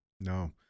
No